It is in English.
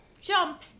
jump